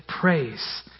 praise